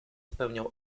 spełniał